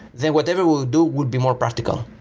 then whatever we do would be more practical,